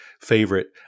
favorite